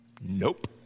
Nope